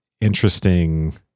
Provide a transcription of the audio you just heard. interesting